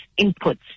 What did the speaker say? inputs